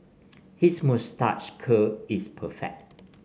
his moustache curl is perfect